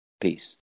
Peace